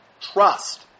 trust